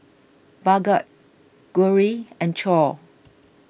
Bhagat Gauri and Choor